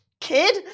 kid